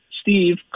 Steve